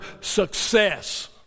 success